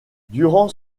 durant